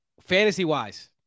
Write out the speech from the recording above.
Fantasy-wise